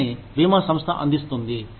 దీనిని భీమా సంస్థ అందిస్తుంది